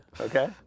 Okay